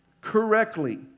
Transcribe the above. correctly